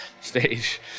stage